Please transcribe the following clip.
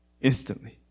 instantly